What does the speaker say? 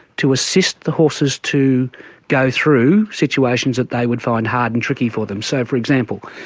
to assist the horses to go through situations that they would find hard and tricky for them. so, for example,